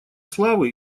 славы